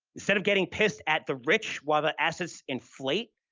instead of getting pissed at the rich while their assets inflate